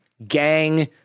gang